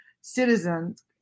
citizens